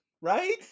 right